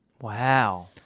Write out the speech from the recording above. Wow